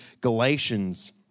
Galatians